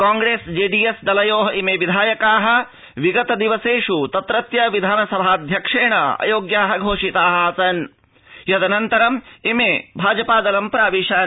कांग्रेस जेडीएस् दलयोः इमे विधायकाः विगत दिवसेष् तत्रत्य विधानसभाध्यक्षेण अयोग्याः घोषिताः आसन् यदनन्तरम् इमे भाजपा दलं प्राविशन्